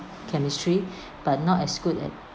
chemistry but not as good at